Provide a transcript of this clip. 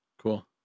Cool